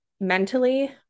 mentally